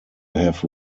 have